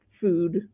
food